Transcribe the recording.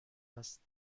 است